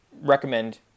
recommend